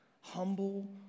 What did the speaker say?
Humble